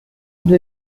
due